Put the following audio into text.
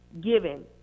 given